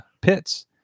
pits